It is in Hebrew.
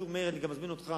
אני גם מזמין אותך,